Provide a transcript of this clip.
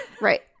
Right